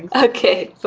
ah okay, but